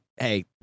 Hey